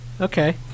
okay